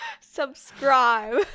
subscribe